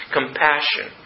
compassion